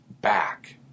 back